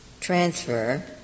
transfer—